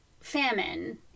famine